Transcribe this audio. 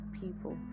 people